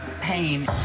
pain